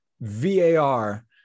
VAR